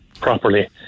properly